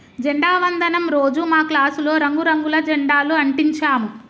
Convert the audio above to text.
జెండా వందనం రోజు మా క్లాసులో రంగు రంగుల జెండాలు అంటించాము